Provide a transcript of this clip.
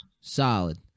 Solid